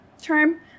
term